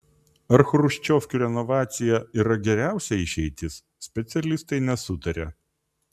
ar chruščiovkių renovacija yra geriausia išeitis specialistai nesutaria